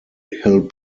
hill